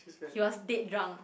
he was dead drunk